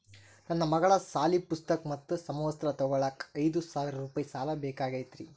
ನನ್ನ ಮಗಳ ಸಾಲಿ ಪುಸ್ತಕ್ ಮತ್ತ ಸಮವಸ್ತ್ರ ತೊಗೋಳಾಕ್ ಐದು ಸಾವಿರ ರೂಪಾಯಿ ಸಾಲ ಬೇಕಾಗೈತ್ರಿ